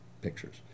pictures